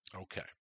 Okay